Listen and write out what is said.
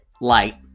light